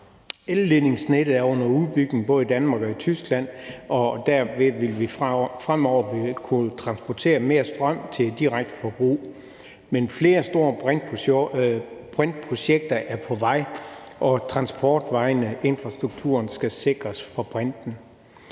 Elledningsnettet er under udbygning både i Danmark og i Tyskland, og der vil vi fremover kunne transportere mere strøm til direkte forbrug. Men flere store brintprojekter er på vej, og transportvejene og infrastrukturen for brinten